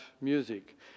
music